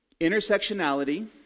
Intersectionality